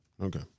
Okay